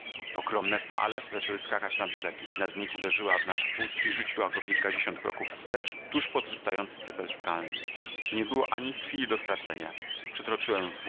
wschodu ogromne fale zaczęły skakać na brzeg jedna z nich uderzyła w nasz wóz i rzuciła go kilkadziesiąt kroków wstecz tuż pod wystający cypel skalny nie było ani chwili